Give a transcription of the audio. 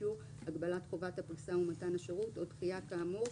ואי-אישור הגבלת חובת הפריסה ומתן השירות או דחייה כאמור,